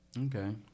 Okay